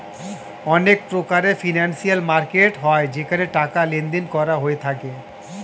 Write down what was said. অনেক প্রকারের financial market হয় যেখানে টাকার লেনদেন করা হয়ে থাকে